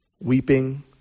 weeping